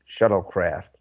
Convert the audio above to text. shuttlecraft